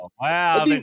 Wow